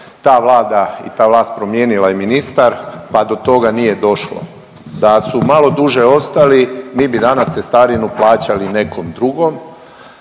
ta vlada i ta vlast promijenila i ministar pa do toga nije došlo. Da su malo duže ostali mi bi danas cestarinu plaćali nekom drugom.